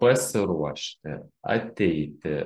pasiruošti ateiti